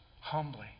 humbly